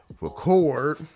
record